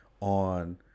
on